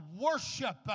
worship